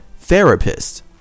therapist